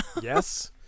Yes